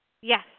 Yes